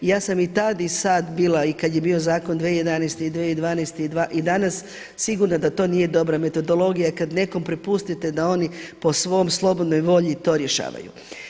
Ja sam i tad i sada bila i kada je bio zakon 2011. i 2012. i danas sigurna da to nije dobra metodologija kada nekom prepustite da oni po svom slobodnoj volji to rješavaju.